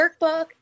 workbook